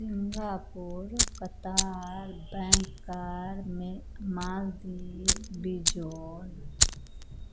Singapore Qatar Bangkok Maldives बीजो